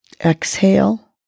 exhale